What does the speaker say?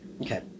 okay